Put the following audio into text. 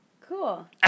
cool